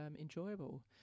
enjoyable